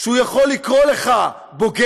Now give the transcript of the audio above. שהוא יכול לקרוא לך בוגד,